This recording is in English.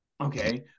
okay